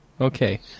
Okay